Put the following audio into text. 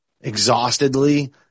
exhaustedly